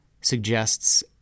suggests